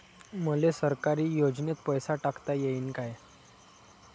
मले सरकारी योजतेन पैसा टाकता येईन काय?